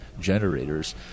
generators